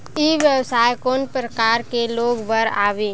ई व्यवसाय कोन प्रकार के लोग बर आवे?